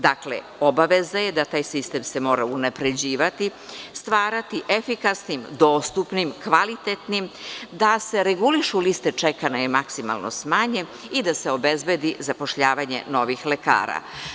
Dakle, obaveza je da se taj sistem mora unapređivati, stvarati efikasnim, dostupnim, kvalitetnim, da se regulišu liste čekanja i maksimalno smanje i da se obezbedi zapošljavanje novih lekara.